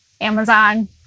Amazon